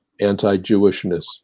anti-jewishness